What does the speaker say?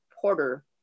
Porter